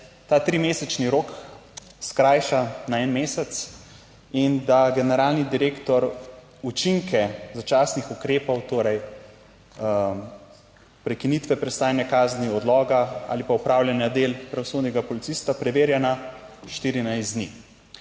ta trimesečni rok skrajša na en mesec, in da generalni direktor učinke začasnih ukrepov, torej prekinitve prestajanja kazni odloga ali pa opravljanja del pravosodnega policista preverja na 14 dni.